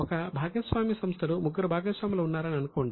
ఒక భాగస్వామ్య సంస్థలో ముగ్గురు భాగస్వాములు ఉన్నారని అనుకోండి